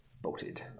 bolted